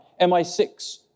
MI6